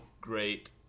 great